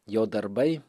jo darbai